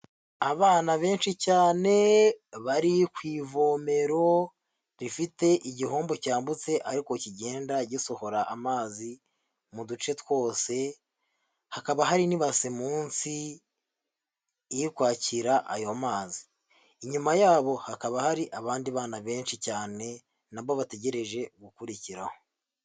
Abana benshi cyane bari ku ivomero, rifite igihombo cyambutse ariko kigenda gisohora amazi mu duce twose, hakaba hari n'ibase munsi iri kwakira ayo mazi, inyuma yabo hakaba hari abandi bana benshi cyane na bo bategereje gukurikiraho.